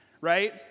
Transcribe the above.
right